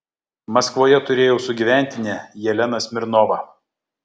maskvoje turėjau sugyventinę jeleną smirnovą